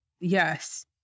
yes